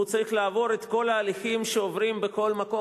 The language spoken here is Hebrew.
והוא צריך לעבור את כל ההליכים שעוברים בכל מקום